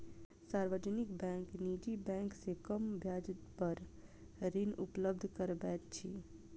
सार्वजनिक बैंक निजी बैंक से कम ब्याज पर ऋण उपलब्ध करबैत अछि